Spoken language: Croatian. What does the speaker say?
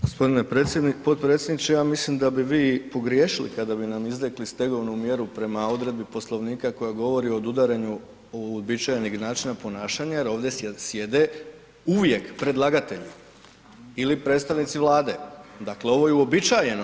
Gospodine potpredsjedniče, ja mislim da bi vi pogriješili kada biste nam izrekli stegovnu mjeru prema odredbi Poslovnika koja govori o odudaranju od uobičajenog načina ponašanja jer ovdje sjede uvijek predlagatelji ili predstavnici Vlade, dakle ovo je uobičajeno.